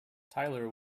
tyler